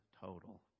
total